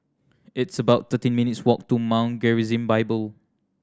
it's about thirteen minutes' walk to Mount Gerizim Bible